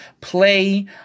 play